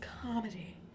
comedy